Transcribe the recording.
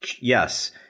Yes